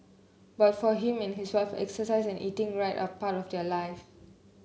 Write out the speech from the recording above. but for him and his wife exercise and eating right are part of their life